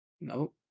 No